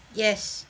yes